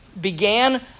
began